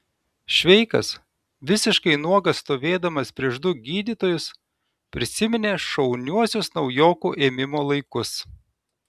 šveikas visiškai nuogas stovėdamas prieš du gydytojus prisiminė šauniuosius naujokų ėmimo laikus